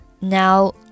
now